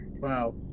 Wow